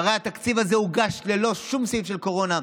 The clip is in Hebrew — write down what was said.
הרי התקציב הזה הוגש ללא שום סעיף של קורונה,